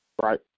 Right